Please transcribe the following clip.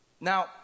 Now